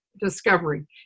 discovery